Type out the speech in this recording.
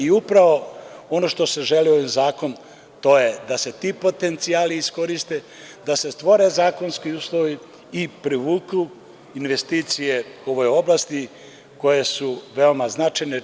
Upravo ono što se želi ovim zakonom, to je da se potencijali iskoriste, da se stvore zakonski uslovi i privuku investicije u ovoj oblasti, koje su veoma značajne.